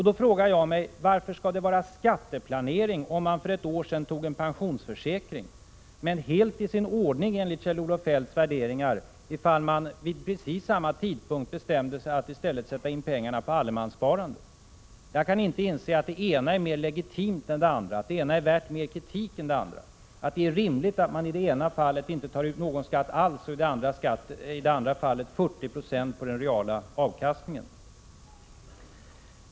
Då frågar jag mig: Varför skall det kallas skatteplanering om man för ett år sedan tog en pensionsförsäkring, när allt är i sin ordning enligt Kjell-Olof Feldts värderingar ifall man vid precis samma tidpunkt väljer att i stället sätta pengarna på allemanssparande? Jag kan inte inse att det ena är mera legitimt än det andra eller att det ena är värt mera kritik än det andra eller att det är rimligt att i det ena fallet inte ta ut någon skatt alls och i det andra fallet 40 9o skatt på den reala avkastningen.